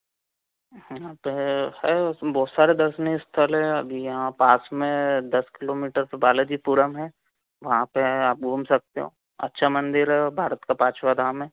हाँ तो है है उसमें बहुत सारे दर्शनीय स्थल हैं अभी यहाँ पास में दस किलोमीटर बालाजीपुरम है वहाँ पर आप घूम सकते हो अच्छा मंदिर है भारत का पाँचवा धाम है